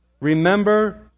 Remember